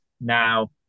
now